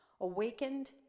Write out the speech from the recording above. awakened